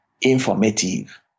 informative